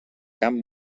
camp